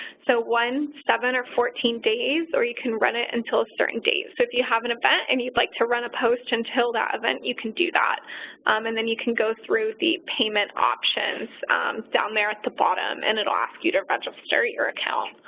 so one, seven, or fourteen days or you can run it until a certain date, so if you have an event and you'd like to run a post until that event, you can do that and then you can go through the payment options down there at the bottom and it'll ask you to register your account.